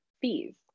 fees